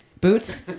Boots